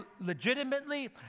legitimately